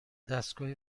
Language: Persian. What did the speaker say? دستگاه